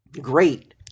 great